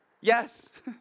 Yes